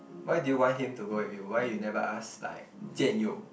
why do you want him to go with you why you never ask like Jian-You